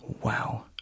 Wow